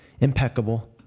impeccable